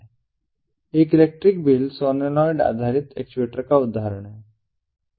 एक electric bell solenoid आधारित actuator का एक उदाहरण है